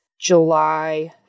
July